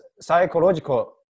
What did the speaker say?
psychological